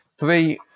Three